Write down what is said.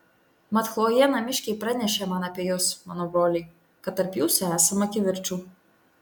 mat chlojė namiškiai pranešė man apie jus mano broliai kad tarp jūsų esama kivirčų